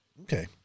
okay